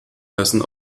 lassen